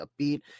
upbeat